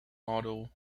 model